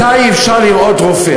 מתי אפשר לראות רופא,